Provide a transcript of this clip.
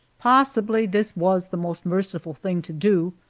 possibly this was the most merciful thing to do,